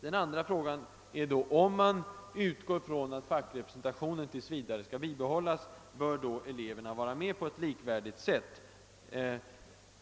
Den andra frågan är: Om man utgår från att fackrepresentationen tills vidare skall bibehållas, bör eleverna då vara med på ett likvärdigt sätt?